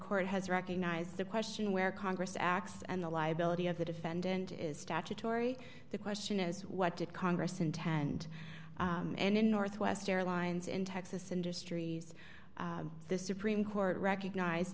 court has recognized the question where congress acts and the liability of the defendant is statutory the question is what did congress intend and in northwest airlines in texas industries the supreme court recognized